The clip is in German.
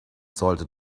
sollte